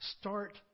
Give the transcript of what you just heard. start